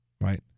right